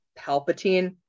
Palpatine